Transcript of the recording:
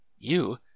You